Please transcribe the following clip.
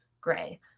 gray